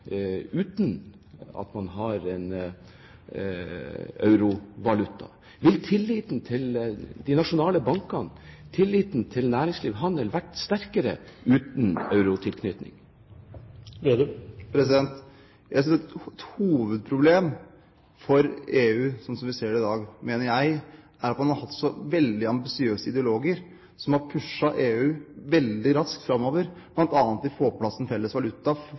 tilliten til de nasjonale bankene og tilliten til næringsliv og handel vært sterkere uten eurotilknytningen? Jeg mener at et hovedproblem for EU, som vi ser det i dag, er at man har hatt så veldig ambisiøse ideologer som har pushet EU veldig raskt framover, bl.a. for å få på plass en felles valuta